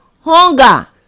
hunger